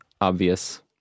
obvious